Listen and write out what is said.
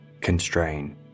constrain